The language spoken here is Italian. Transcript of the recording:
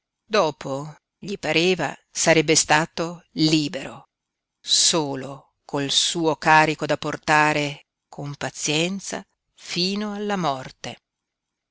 dopo gli pareva sarebbe stato libero solo col suo carico da portare con pazienza fino alla morte